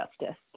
justice